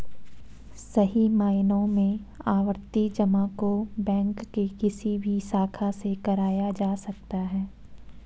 सही मायनों में आवर्ती जमा को बैंक के किसी भी शाखा से कराया जा सकता है